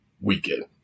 weekend